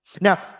Now